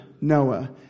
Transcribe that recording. Noah